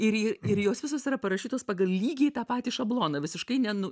ir ir jos visos yra parašytos pagal lygiai tą patį šabloną visiškai ne nu